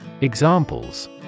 Examples